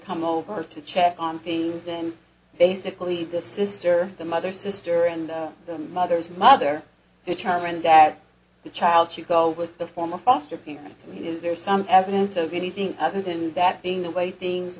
come over to check on things in basically the sister the mother sister and the mother's mother determined that the child should go with the former foster parents i mean is there some evidence of anything other than that being the way things